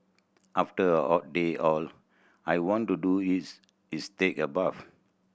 after a hot day all I want to do is is take a bath